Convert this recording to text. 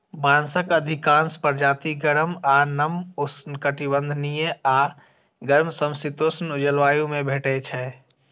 बांसक अधिकांश प्रजाति गर्म आ नम उष्णकटिबंधीय आ गर्म समशीतोष्ण जलवायु मे भेटै छै